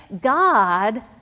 God